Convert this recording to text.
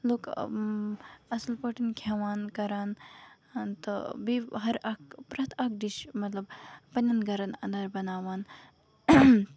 لُکھ اَصٕل پٲٹھۍ کھٮ۪وان کران تہٕ بیٚیہِ ہر اکھ پرٮ۪تھ اکھ ڈِش مطلب پَنٕنین گرن اَندر بَناوان